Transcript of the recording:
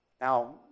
Now